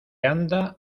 anda